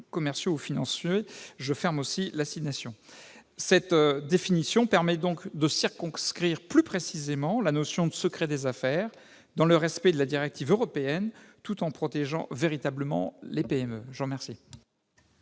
commerciaux ou financiers ». Cette définition permet donc de circonscrire précisément la notion de « secret des affaires », dans le respect de la directive européenne tout en protégeant véritablement les PME.